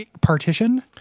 partition